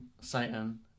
Satan